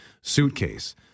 suitcase